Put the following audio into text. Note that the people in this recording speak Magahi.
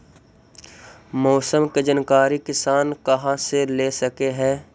मौसम के जानकारी किसान कहा से ले सकै है?